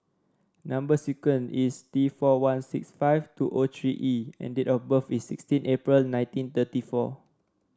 number sequence is T four one six five two O three E and date of birth is sixteen April nineteen thirty four